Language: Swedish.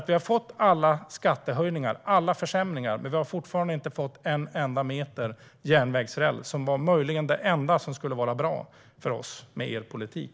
Vi har fått alla skattehöjningar, alla försämringar, men vi har fortfarande inte fått en enda meter järnvägsräls, som var det enda som möjligen skulle vara bra för oss med er politik.